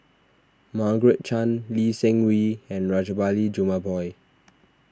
Margaret Chan Lee Seng Wee and Rajabali Jumabhoy